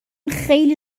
خیلی